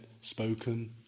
spoken